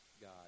God